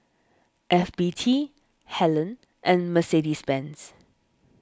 F B T Helen and Mercedes Benz